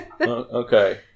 Okay